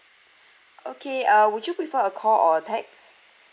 okay uh would you prefer a call or a text